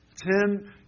Ten